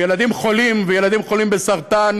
וילדים חולים וילדים חולים בסרטן